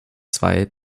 zwei